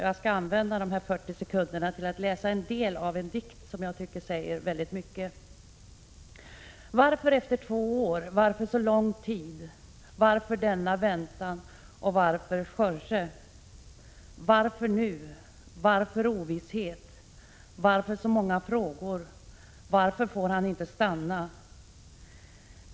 Jag skall använda de resterande 40 sekunderna av min repliktid till att läsa en del av en dikt som jag tycker säger väldigt mycket: ”Varför efter två år? Varför så lång tid? Varför denna väntan? Varför Jorge? Varför nu? Varför ovisshet? Varför så många frågor? Varför får han inte stanna?